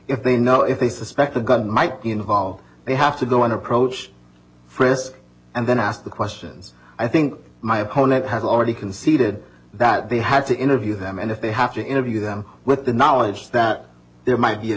if they know if they suspect the gun might be involved they have to go one approach frisk and then ask the questions i think my opponent has already conceded that they have to interview them and if they have to interview them with the knowledge that there might be a